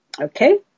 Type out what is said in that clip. Okay